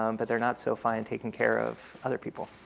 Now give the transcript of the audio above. um but they're not so fine taking care of other people.